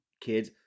kids